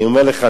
אני אומר לך.